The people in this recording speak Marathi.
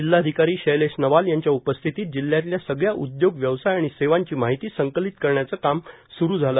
जिल्हाधिकारी शैलेश नवाल यांच्या उपस्थितीत जिल्ह्यातल्या सगळ्या उदयोग व्यवसाय आणि सेवांची माहिती संकलित करण्याचं काम स्रू झालं